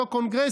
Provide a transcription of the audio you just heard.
באותו קונגרס,